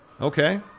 Okay